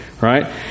right